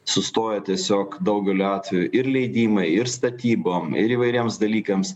sustoja tiesiog daugeliu atvejų ir leidimai ir statybom ir įvairiems dalykams